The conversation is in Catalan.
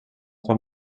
nota